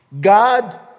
God